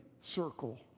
circle